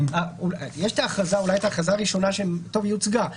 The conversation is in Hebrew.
יש ההכרזה הראשונה שהיא הוצגה.